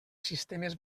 sistemes